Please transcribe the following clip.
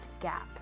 gap